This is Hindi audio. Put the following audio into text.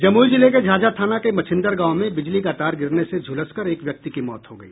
जमुई जिले के झाझा थाना के मछिन्दर गांव में बिजली का तार गिरने से झुलसकर एक व्यक्ति की मौत हो गई